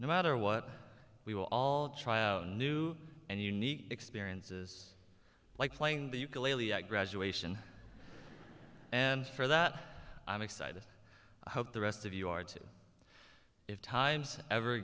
no matter what we will all try out new and unique experiences like playing the ukulele at graduation and for that i'm excited i hope the rest of you are too if times ever